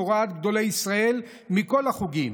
כהוראת גדולי ישראל מכל החוגים.